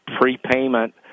prepayment